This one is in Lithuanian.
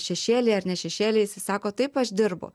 šešėly ar ne šešėly jisai sako taip aš dirbu